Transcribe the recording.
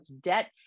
debt